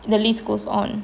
and the list goes on